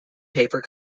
paper